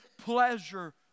pleasure